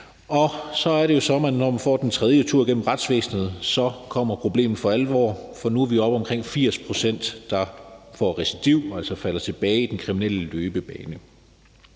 og så er det jo sådan, at når man får den tredje tur gennem retsvæsenet, kommer problemet for alvor, for nu er vi oppe omkring 80 pct., der recidiverer, altså falder tilbage i den kriminelle løbebane.